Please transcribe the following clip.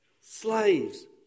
Slaves